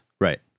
Right